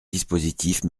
dispositif